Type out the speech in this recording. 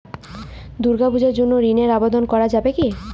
দুর্গাপূজার জন্য ঋণের আবেদন করা যাবে কি?